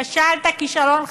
כשלת כישלון חרוץ.